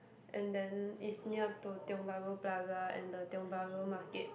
and then is near to Tiong-Bahru Plaza and the Tiong-Bahru Market